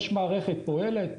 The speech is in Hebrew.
יש מערכת פועלת,